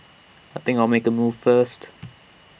I think I'll make A move first